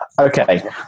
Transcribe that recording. okay